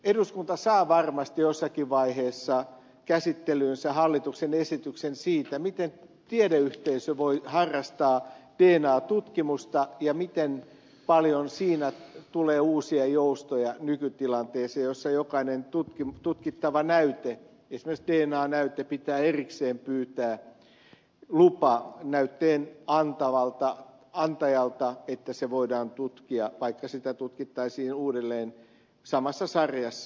eduskunta saa varmasti jossakin vaiheessa käsittelyynsä hallituksen esityksen siitä miten tiedeyhteisö voi harrastaa dna tutkimusta ja miten paljon siinä tulee uusia joustoja nykytilanteeseen jossa jokaisesta tutkittavasta näytteestä esimerkiksi dna näytteestä pitää erikseen pyytää lupa näytteen antajalta että se voidaan tutkia vaikka sitä tutkittaisiin uudelleen samassa sarjassa